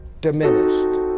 diminished